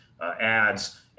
ads